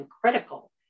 critical